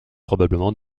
probablement